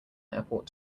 airport